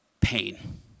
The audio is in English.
pain